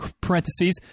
parentheses